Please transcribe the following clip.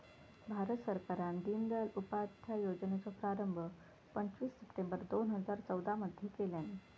भारत सरकारान दिनदयाल उपाध्याय योजनेचो प्रारंभ पंचवीस सप्टेंबर दोन हजार चौदा मध्ये केल्यानी